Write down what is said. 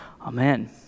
Amen